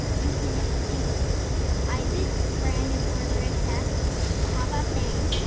you can do isaac, brandon, or larissa pop-up name.